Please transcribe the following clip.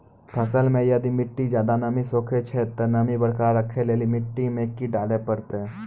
फसल मे यदि मिट्टी ज्यादा नमी सोखे छै ते नमी बरकरार रखे लेली मिट्टी मे की डाले परतै?